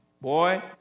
boy